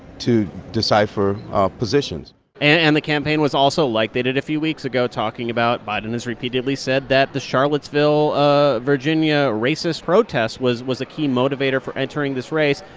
to decipher positions and the campaign was also, like they did a few weeks ago, talking about biden has repeatedly said that the charlottesville, ah va, yeah racist protest was was a key motivator for entering this race.